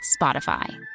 Spotify